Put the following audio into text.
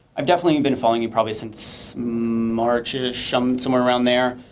i've definitely been following you probably since march-ish, um somewhere around there.